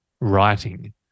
writing